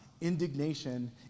indignation